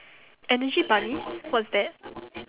energy bunnies what's that